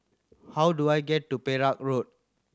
how do I get to Perak Road